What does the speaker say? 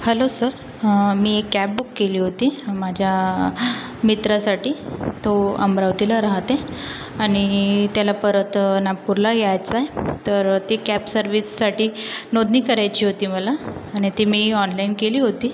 hello sir मी एक cab book केली होती माझ्या मित्रासाठी तो अमरावतीला राहते आणि त्याला परत नागपूरला यायचंय तर ते कॅब सर्विससाठी नोंदणी करायची होती मला अन् ती मी ती ऑनलाईन केली होती